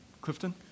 Clifton